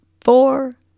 four